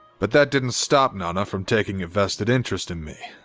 but that didn't stop nana from taking a vested interest in me.